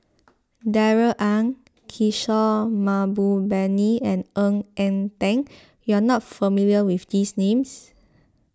Darrell Ang Kishore Mahbubani and Ng Eng Teng you are not familiar with these names